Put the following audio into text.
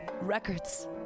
records